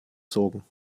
sorgen